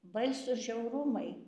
baisūs žiaurumai